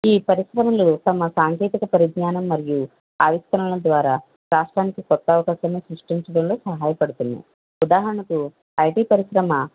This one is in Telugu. ఈ పరిశ్రమలు తమ సాంకేతిక పరిజ్ఞానం మరియు ఆవిష్కరణల ద్వారా రాష్ట్రానికి కొత్త అవకాశాలను సృష్టించడంలో సహాయ పడుతున్నాయి ఉదాహరణకు ఐటీ పరిశ్రమ